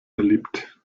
erlebt